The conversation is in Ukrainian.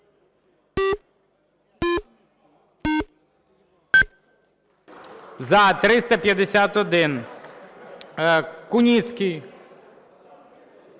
За-351 Куницький.